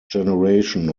generation